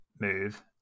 move